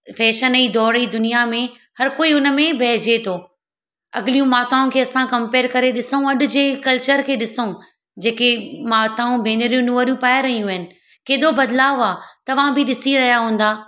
fashion ई दोड़ ई दुनिया में हर कोई उनमें बहिजे थो अॻलियूं माताउनि खे असां कंपेर करे ॾिसूं अॼु जे कल्चर खे ॾिसूं जेकी माताऊं भेनरूं नुंहरूं पाए रहियूं आहिनि केॾो बदलाउ आहे तव्हां बि ॾिसी रहियां हूंदा